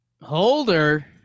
Holder